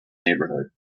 neighborhood